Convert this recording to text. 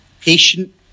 patient